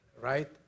right